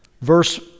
verse